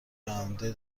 آینده